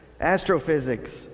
astrophysics